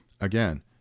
Again